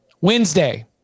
Wednesday